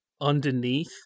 underneath